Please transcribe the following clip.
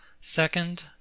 Second